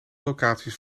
locaties